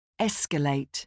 Escalate